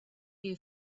you